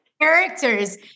characters